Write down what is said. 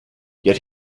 yet